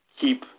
keep